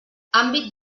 àmbit